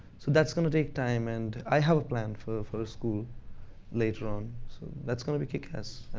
that's going to take time, and i have a plan for for school later on. so that's going to be kick ass.